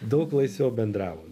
daug laisviau bendravom